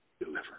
deliver